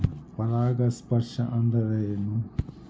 ಪರಾಗಸ್ಪರ್ಶ ಅಂದರೇನು?